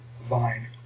vine